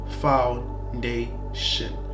foundation